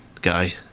guy